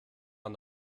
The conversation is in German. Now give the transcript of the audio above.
man